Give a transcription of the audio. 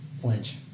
flinch